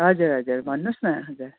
हजुर हजुर भन्नुहोस् न हजुर